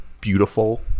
beautiful